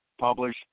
publish